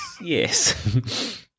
yes